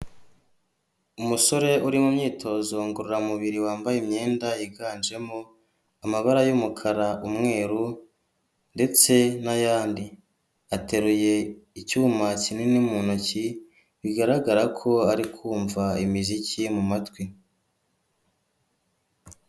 Umusore uri mu myitozo ngororamubiri wambaye imyenda yiganjemo amabara y'umukara umweru ndetse n'ayandi, ateruye icyuma kinini mu ntoki bigaragara ko ari kumva imiziki mu matwi.